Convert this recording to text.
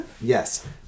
Yes